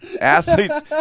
athletes